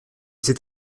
c’est